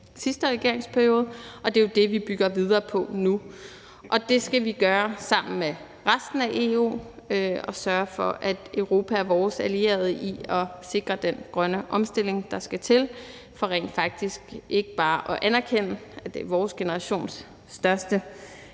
sidste regeringsperiode, og det er jo det, vi bygger videre på nu. Og det skal vi gøre sammen med resten af EU og sørge for, at Europa er vores allierede i at sikre den grønne omstilling, der skal til, for vi skal rent faktisk ikke bare anerkende, at det er vores generations største